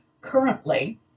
Currently